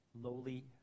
lowly